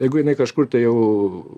jeigu jinai kažkur tai jau